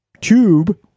tube